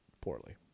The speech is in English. Poorly